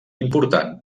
important